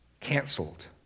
canceled